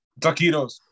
Taquitos